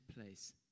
place